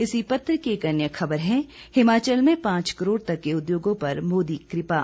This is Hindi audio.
इसी पत्र की एक अन्य खबर है हिमाचल में पांच करोड़ तक के उद्योगों पर मोदी कृपा